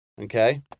Okay